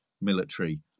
military